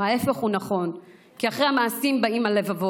ההפך הוא נכון, כי אחרי המעשים באים הלבבות.